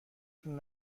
تون